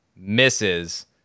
misses